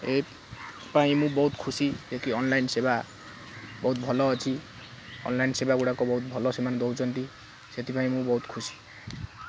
ଏ ପାଇଁ ମୁଁ ବହୁତ ଖୁସି ଯେ କି ଅନଲାଇନ୍ ସେବା ବହୁତ ଭଲ ଅଛି ଅନଲାଇନ୍ ସେବା ଗୁଡ଼ାକ ବହୁତ ଭଲ ସେମାନେ ଦେଉଛନ୍ତି ସେଥିପାଇଁ ମୁଁ ବହୁତ ଖୁସି